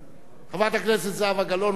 חברת הכנסת זהבה גלאון, בבקשה.